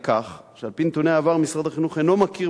כך שעל-פי נתוני העבר משרד החינוך אינו מכיר